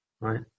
right